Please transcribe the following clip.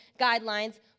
guidelines